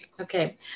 okay